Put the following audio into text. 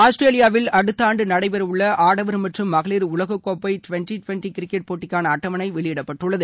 ஆஸ்திரேலியாவில் அடுத்த ஆண்டு நடைபெறவுள்ள ஆடவா் மற்றும் மகளிா் உலகக்கோப்பை டுவெண்டி டுவெண்டி கிரிக்கெட் போட்டிக்கான அட்டவணை வெளியிடப்பட்டுள்ளது